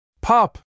Pop